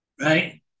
Right